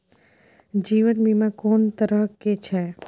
जीवन बीमा कोन तरह के छै?